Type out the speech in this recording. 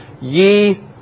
ye